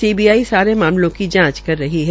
CBI सारे मामलों की जांच कर रही है